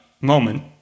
Moment